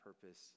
purpose